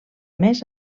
més